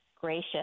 gracious